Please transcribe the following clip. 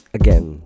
again